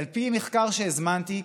על פי מחקר שהזמנתי,